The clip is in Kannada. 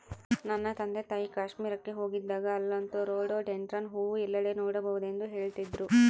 ನನ್ನ ತಂದೆತಾಯಿ ಕಾಶ್ಮೀರಕ್ಕೆ ಹೋಗಿದ್ದಾಗ ಅಲ್ಲಂತೂ ರೋಡೋಡೆಂಡ್ರಾನ್ ಹೂವು ಎಲ್ಲೆಡೆ ನೋಡಬಹುದೆಂದು ಹೇಳ್ತಿದ್ರು